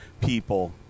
people